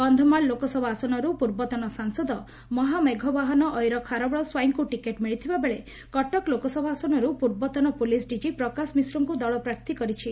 କକ୍ଷମାଳ ଲୋକସଭା ଆସନର୍ ପୂର୍ବତନ ସାଂସଦ ମହାମେଘବାହାନ ଏର ଖାରବେଳ ସ୍ୱାଇଁଙ୍କୁ ଟିକେଟ୍ ମିଳିଥିବା ବେଳେ କଟକ ଲୋକସଭା ଆସନରୁ ପୂର୍ବତନ ପୁଲିସ୍ ଡିଜି ପ୍ରକାଶ ମିଶ୍ରଙ୍କୁ ଦଳ ପ୍ରାର୍ଥୀ କରିଛି